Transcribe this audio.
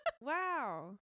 Wow